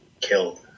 killed